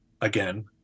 again